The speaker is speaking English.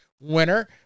Winner